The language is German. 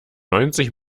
neunzig